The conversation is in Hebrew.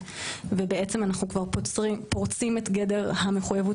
ובעצם אנחנו כבר פורצים את גדר המחויבות